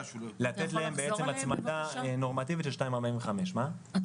לתת להם הצמדה נורמטיבית של 2.45. אתה